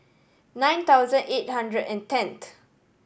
nine thousand eight hundred and tenth